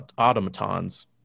automatons